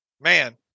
man